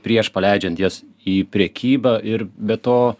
prieš paleidžiant jas į prekybą ir be to